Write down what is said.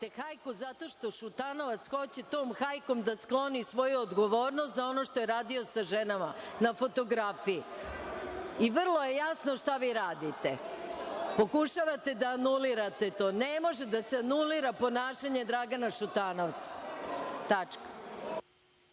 hajku zato što Šutanovac hoće tom hajkom da skloni svoju odgovornost za ono što je radio sa ženama na fotografiji. Vrlo je jasno šta vi radite. Pokušavate da anulirate to. Ne može da se anulira ponašanje Dragana Šutanovca.(Balša